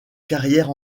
carrière